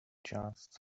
just